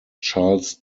charles